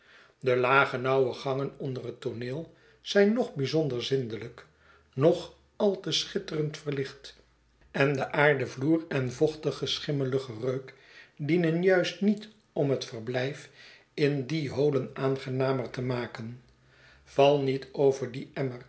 de lage nauwe gangen onder het tooneel zijn noch bijzonder zindelijk noch al te schitterend verlicht en de aarden vloer en vochtige schimmelige reuk dienen juist niet om het verblyf in die holen aangenamer te maken val niet over die